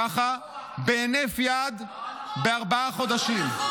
ככה, בהינף יד, בארבעה חודשים.